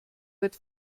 wird